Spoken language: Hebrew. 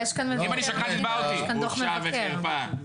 בושה וחרפה.